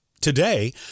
Today